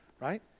Right